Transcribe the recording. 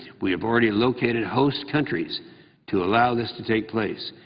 we have already located host countries to allow this to take place.